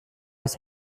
aus